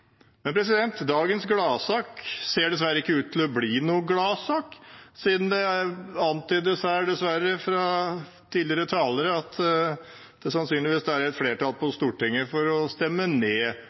Men dagens gladsak ser dessverre ikke ut til å bli noen gladsak, siden det antydes her fra tidligere talere at det sannsynligvis er et flertall på Stortinget for å stemme ned